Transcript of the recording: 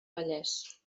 vallès